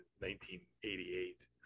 1988